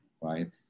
right